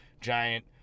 giant